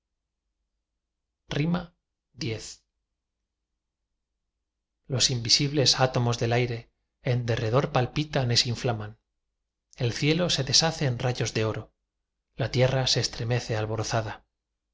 x los invisibles átomos del aire en derredor palpitan y se inflaman el cielo se deshace en rayos de oro la tierra se estremece alborozada